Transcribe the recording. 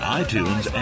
iTunes